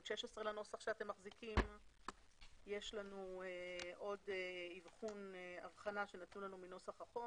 יש לנו עוד הבחנה שנתנו לנו מנוסח החוק.